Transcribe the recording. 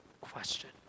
question